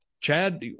Chad